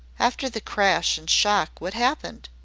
after the crash and shock what happened?